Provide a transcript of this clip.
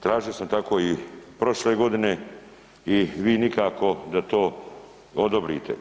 Tražio sam tako i prošle godine i vi nikako da to odobrite.